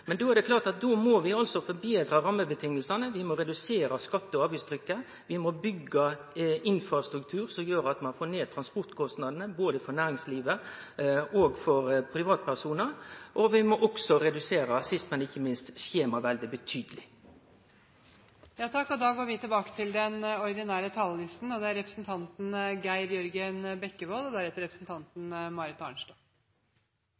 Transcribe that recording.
Men då er det klart at vi må forbetre rammevilkåra, vi må redusere skatte- og avgiftstrykket, vi må byggje infrastruktur som gjer at ein får ned transportkostnadane både for næringslivet og for privatpersonar, og – sist, men ikkje minst – vi må redusere skjemaveldet betydeleg. Replikkordskiftet er omme. Jeg vil starte med å uttrykke optimisme med tanke på familiepolitikkens ve og vel nå når vi